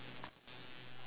really we